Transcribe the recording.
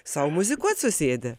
sau muzikuot susėdę